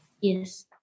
Yes